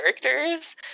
characters